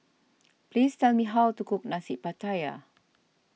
please tell me how to cook Nasi Pattaya